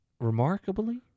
remarkably